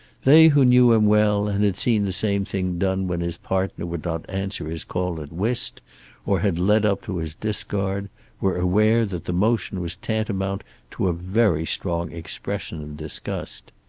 they who knew him well and had seen the same thing done when his partner would not answer his call at whist or had led up to his discard were aware that the motion was tantamount to a very strong expression of disgust.